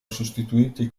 sostituiti